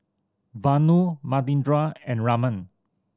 Vanu Manindra and Raman